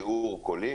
תיאור קולי,